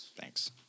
Thanks